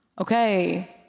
okay